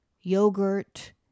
yogurt